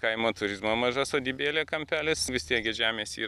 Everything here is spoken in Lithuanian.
kaimo turizmo maža sodybėlė kampelis vis tiek gi žemės yra